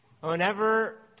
Whenever